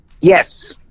Yes